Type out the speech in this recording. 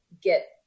get